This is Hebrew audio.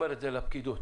לפקידות